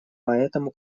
поэтому